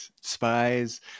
spies